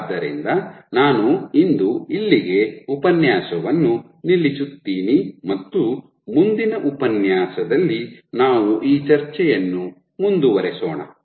ಆದ್ದರಿಂದ ನಾನು ಇಂದು ಇಲ್ಲಿಗೆ ಉಪನ್ಯಾಸವನ್ನು ನಿಲ್ಲಿಸುತ್ತೀನಿ ಮತ್ತು ಮುಂದಿನ ಉಪನ್ಯಾಸದಲ್ಲಿ ನಾವು ಈ ಚರ್ಚೆಯನ್ನು ಮುಂದುವರೆಸೋಣ